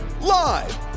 Live